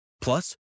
Plus